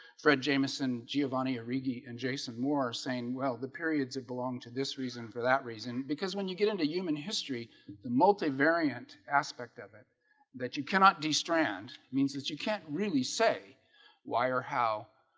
fred jamison, giovanni arrighi and jason moore are saying well the periods have belonged to this reason for that reason because when you get into human history the multi variant aspect of it that you cannot be strand means that you can't really say why or how